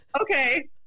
okay